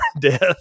death